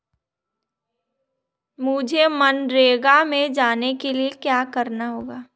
मुझे मनरेगा में जाने के लिए क्या करना होगा?